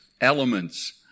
elements